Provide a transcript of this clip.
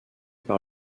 par